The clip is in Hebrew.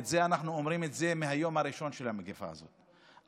את זה אנחנו אומרים מהיום הראשון של המגפה הזאת,